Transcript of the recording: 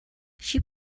she